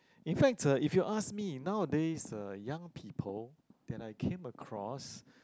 in fact uh if you ask me nowadays uh young people that I came across